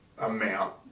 amount